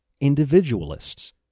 individualists